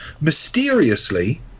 Mysteriously